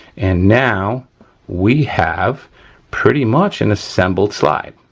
and now we have pretty much an assembled slide.